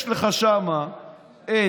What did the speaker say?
יש לך שם את